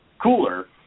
cooler